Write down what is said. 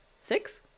six